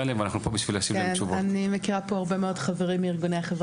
להם ואנחנו פה בשביל להשיב להם תשובות.